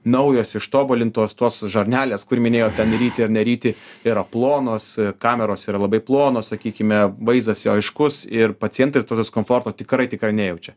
naujos ištobulintos tos žarnelės kur minėjot ten ryti ar neryti yra plonos kameros yra labai plonos sakykime vaizdas jo aiškus ir pacientai to diskomforto tikrai tikrai nejaučia